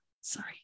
Sorry